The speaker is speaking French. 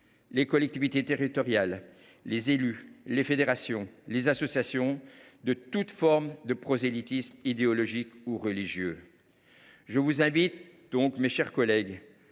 les collectivités territoriales, les élus, les fédérations, les associations de toute forme de prosélytisme idéologique ou religieux. Je vous invite donc à soutenir ce texte,